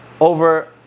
over